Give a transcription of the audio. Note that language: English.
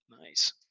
Nice